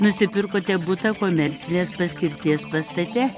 nusipirkote butą komercinės paskirties pastate